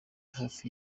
hafi